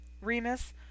remus